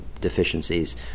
deficiencies